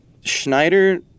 Schneider